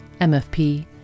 MFP